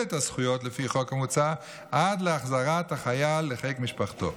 את הזכויות לפי החוק המוצע עד לחזרת החייל לחיק משפחתו.